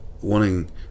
wanting